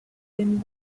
been